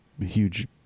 huge